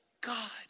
God